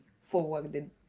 forwarded